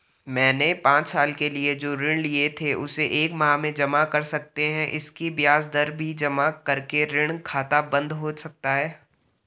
मैंने पांच साल के लिए जो ऋण लिए थे उसे एक माह में जमा कर सकते हैं इसकी ब्याज दर भी जमा करके ऋण खाता बन्द हो सकता है?